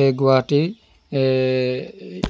এই গুৱাহাটীৰ এই